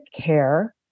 care